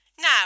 Now